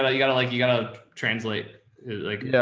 ah you gotta, like, you gotta translate like, yeah